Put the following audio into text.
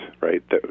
right